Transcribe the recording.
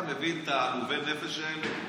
אתה מבין את עלובי הנפש האלה?